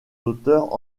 auteurs